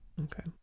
Okay